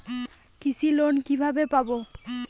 কৃষি লোন কিভাবে পাব?